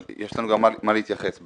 אבל יש לנו גם מה להתייחס בסוף.